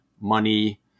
money